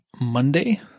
Monday